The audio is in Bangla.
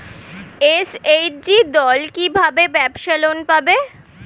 এস.এইচ.জি দল কী ভাবে ব্যাবসা লোন পাবে?